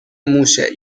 موشه